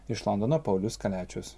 iš londono paulius kaliačius